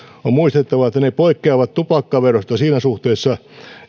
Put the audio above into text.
on muistettava että ne ne poikkeavat tupakkaverosta siinä suhteessa